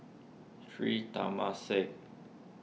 Sri Temasek